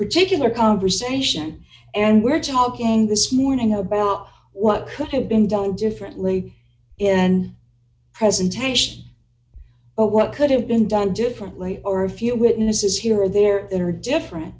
particular conversation and we're talking this morning about what could have been down differently in presentation or what could have been done differently or a few witnesses here or there that are different